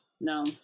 No